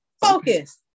Focus